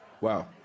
Wow